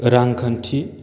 रांखान्थि